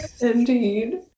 Indeed